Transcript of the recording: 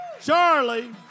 Charlie